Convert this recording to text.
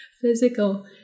physical